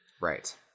Right